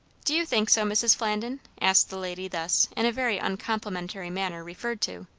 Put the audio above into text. do you think so, mrs. flandin? asked the lady thus in a very uncomplimentary manner referred to.